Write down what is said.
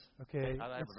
Okay